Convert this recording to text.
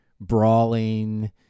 brawling